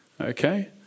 Okay